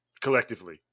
collectively